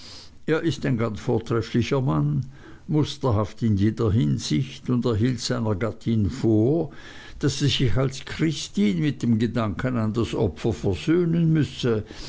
er ist ein ganz vortrefflicher mann musterhaft in jeder hinsicht und er hielt seiner gattin vor daß sie sich als christin mit dem gedanken an das opfer versöhnen müsse